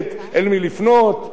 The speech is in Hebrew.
באיזו שפה לדבר אתו.